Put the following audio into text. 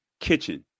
kitchen